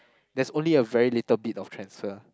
there's only a very little bit of transfer